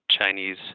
Chinese